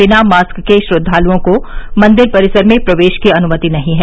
बिना मास्क के श्रद्वालुओं को मंदिर परिसर में प्रवेश की अनुमति नहीं है